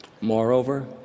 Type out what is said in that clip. Moreover